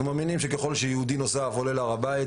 אנחנו מאמינים שככל שיהודי נוסף עולה להר הבית,